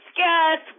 Scott